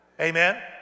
Amen